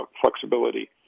flexibility